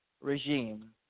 regime